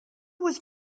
was